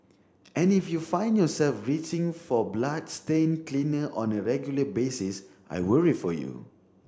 and if you find yourself reaching for bloodstain cleaner on a regular basis I worry for you